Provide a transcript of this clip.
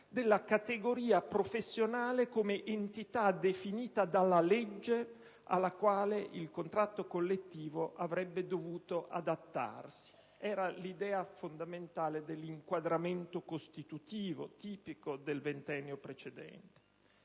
della categoria professionale come entità definita dalla legge, alla quale il contratto collettivo avrebbe dovuto adattarsi; era l'idea fondamentale dell'inquadramento costitutivo, dominante nel ventennio precedente.